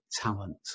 talent